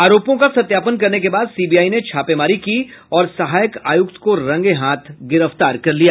आरोपों का सत्यापन करने के बाद सीबीआई ने छापेमारी की और सहायक आयुक्त को रंगे हाथ गिरफ्तार कर लिया